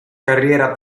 carriera